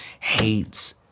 hates